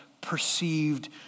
perceived